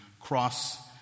cross